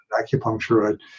Acupuncture